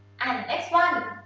and, next one.